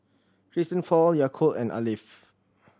Christian Paul Yakult and Alf